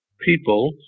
people